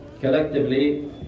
collectively